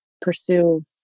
pursue